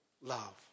love